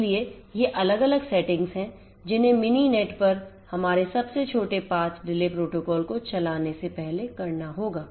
इसलिएये अलग अलग सेटिंग्स हैं जिन्हें मिनिनेट पर हमारे सबसे छोटे path delay protocol को चलाने से पहले करना होगा